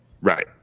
Right